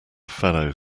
fellow